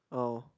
oh